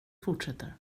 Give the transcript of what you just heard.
fortsätter